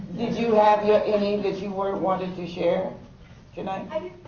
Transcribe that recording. you ah have yeah any that you were wanting to share tonight?